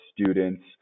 students